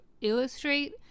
illustrate